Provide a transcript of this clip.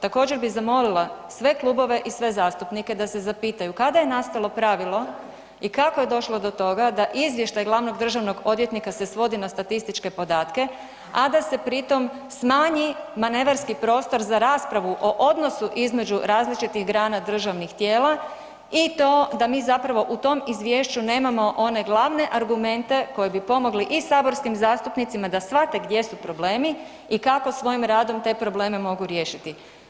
Također bi zamolila sve klubove i sve zastupnike da se zapitaju kada je nastalo pravilo i kako je došlo do toga da izvještaj glavnog državnog odvjetnika se svodi na statističke podatke a da se pritom smanji manevarski prostor za raspravu o odnosu između različitih grana državnih tijela i to da mi zapravo u tom izvješću imamo one glave argumente koji bi pomogli i saborskim zastupnicima da shvate gdje su problemi i kako svojim radom te probleme mogu riješiti.